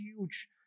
huge